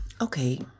Okay